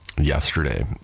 yesterday